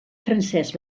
francesc